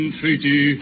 treaty